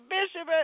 Bishop